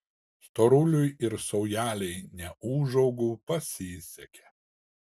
storuliui ir saujelei neūžaugų pasisekė